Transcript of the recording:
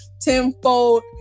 tenfold